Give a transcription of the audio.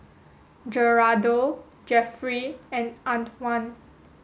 Gerardo Jeffry and Antwan